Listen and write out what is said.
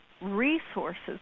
resources